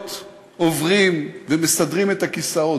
שבלילות עוברים ומסדרים את הכיסאות.